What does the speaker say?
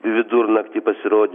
vidurnaktį pasirodė